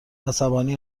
عصبانی